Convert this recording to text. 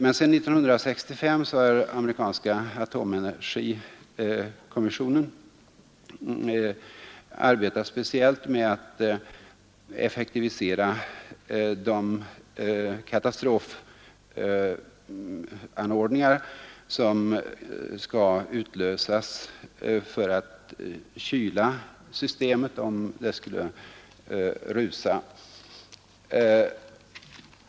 Sedan 1965 har amerikanska atomenergikommissionen arbetat speciellt med att effektivisera de katastrofskyddsanordningar som skall utlösas för att kyla systemet, om det skulle rusa.